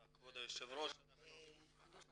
תודה כבוד היושב ראש, אני